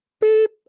beep